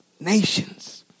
nations